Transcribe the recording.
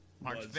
March